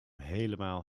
helemaal